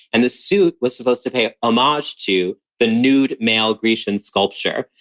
and the suit was supposed to pay um homage to the nude male grecian sculpture.